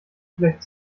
vielleicht